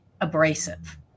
abrasive